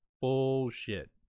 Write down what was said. bullshit